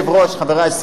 חברי השרים,